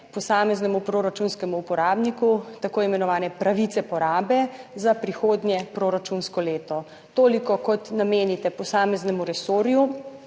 posameznemu proračunskemu uporabniku tako imenovane pravice porabe za prihodnje proračunsko leto. Toliko kot namenite posameznemu resorju